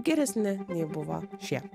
geresni nei buvo šie